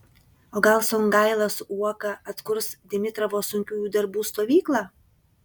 o gal songaila su uoka atkurs dimitravo sunkiųjų darbų stovyklą